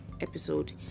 episode